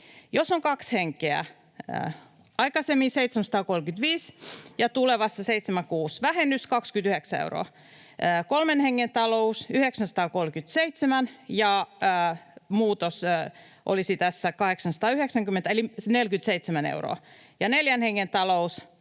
Jos on kaksi henkeä, aikaisemmin oli 735 ja tulevassa 706, vähennys 29 euroa. Kolmen hengen taloudessa on 937, ja tämä muutos olisi tässä 890:een eli 47 euroa. Ja neljän hengen taloudessa